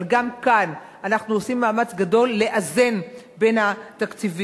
אבל גם כאן אנחנו עושים מאמץ גדול לאזן בין התקציבים.